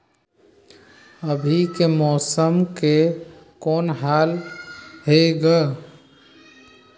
अभी के मौसम के कौन हाल हे ग?